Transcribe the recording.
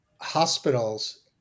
hospitals